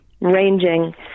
ranging